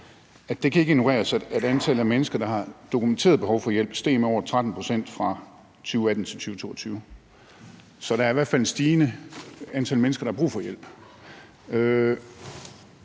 men det kan ikke ignoreres, at antallet af mennesker, der har dokumenteret behov for hjælp, er steget med over 30 pct. fra 2018-2022, så der er i hvert fald et stigende antal mennesker, der har brug for hjælp.